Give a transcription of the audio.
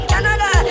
Canada